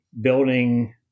building